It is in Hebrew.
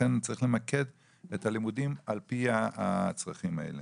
לכן צריך למקד את הלימודים על פי הצרכים האלה.